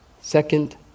second